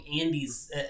Andy's